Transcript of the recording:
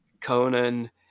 Conan